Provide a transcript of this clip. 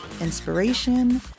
inspiration